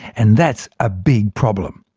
and that's a big problem.